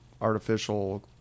artificial